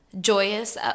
joyous